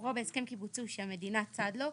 מקורו בהסכם קיבוצי שהמדינה צד לו,